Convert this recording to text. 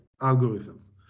algorithms